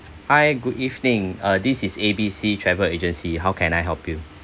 hi good evening uh this is A B C travel agency how can I help you